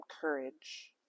courage